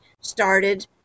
started